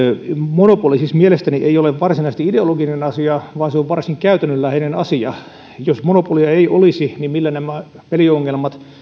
monopoli ei siis mielestäni ole varsinaisesti ideologinen asia vaan se on varsin käytännönläheinen asia jos monopolia ei olisi niin millä nämä peliongelmat